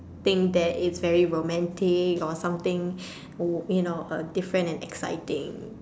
think that it is very romantic or something you know different and exciting